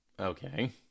Okay